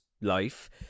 life